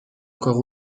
encore